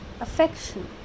affection